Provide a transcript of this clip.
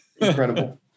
incredible